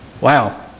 Wow